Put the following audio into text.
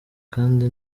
kandi